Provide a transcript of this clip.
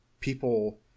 people –